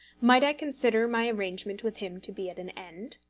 might i consider my arrangement with him to be at an end?